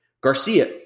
Garcia